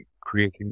creating